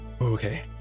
okay